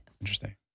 Interesting